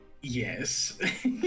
Yes